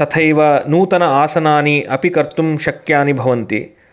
तथैव नूतन आसनानि अपि कर्तुं शक्यानि भवन्ति